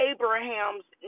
Abraham's